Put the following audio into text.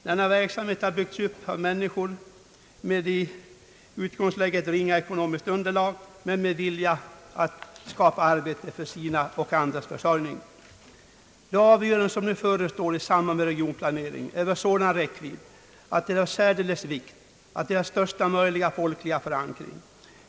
Denna verksamhet har byggts upp av människor med i utgångsläget ringa ekonomiskt underlag, men med vilja att skapa arbetstillfällen för sin egen och andras försörjning. De avgöranden som nu förestår i samband med regionplaneringen är av sådan räckvidd att det är av särskilt stor vikt att vi har största möjliga folkliga förankring.